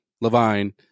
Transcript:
Levine